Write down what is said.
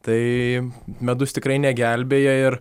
tai medus tikrai negelbėja ir